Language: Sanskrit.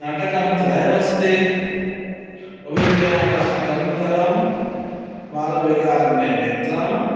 नाटकं त्रयमस्ति अभिज्ञानशाकुन्तलं मालविकाग्निमित्रम्